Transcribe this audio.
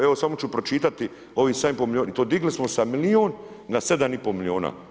Evo samo ću pročitati ovih 7,5 milijuna i to digli smo sa milijun na 7,5 milijuna.